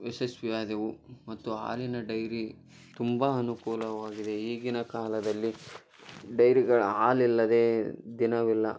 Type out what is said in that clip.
ಯಶಸ್ವಿಯಾದೆವು ಮತ್ತು ಹಾಲಿನ ಡೈರಿ ತುಂಬಾ ಅನುಕೂಲವಾಗಿದೆ ಈಗಿನ ಕಾಲದಲ್ಲಿ ಡೈರಿಗಳ ಆಲಿಲ್ಲದೇ ದಿನವಿಲ್ಲ